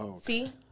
See